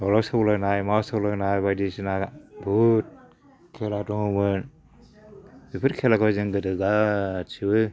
दावला सौलायनाय मा सौलायनाय बायदिसिना बुहुत खेला दंमोन बेफोरखौ जों गोदो गासिबो